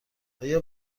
آیا